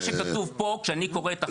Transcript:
מה שכתוב פה, כשאני קורא את החוק הזה.